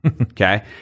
Okay